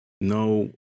no